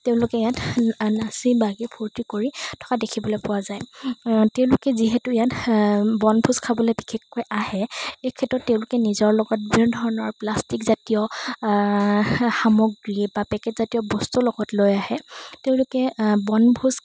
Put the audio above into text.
তেওঁলোকে ইয়াত নাচি বাগি ফূৰ্তি কৰি থকা দেখিবলৈ পোৱা যায় তেওঁলোকে যিহেতু ইয়াত বনভোজ খাবলৈ বিশেষকৈ আহে এই ক্ষেত্ৰত তেওঁলোকে নিজৰ লগত বিভিন্ন ধৰণৰ প্লাষ্টিকজাতীয় সামগ্ৰী বা পেকেটজাতীয় বস্তু লগত লৈ আহে তেওঁলোকে বনভোজ খাই